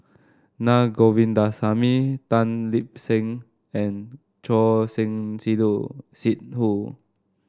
Naa Govindasamy Tan Lip Seng and Choor Singh Sidhu